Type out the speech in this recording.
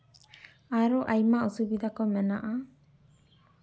ᱟᱨᱚ ᱟᱭᱢᱟ ᱚᱥᱩᱵᱤᱫᱟ ᱠᱚ ᱢᱮᱱᱟᱜᱼᱟ